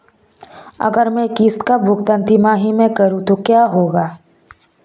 अगर मैं किश्त का भुगतान तिमाही में करूं तो क्या होगा?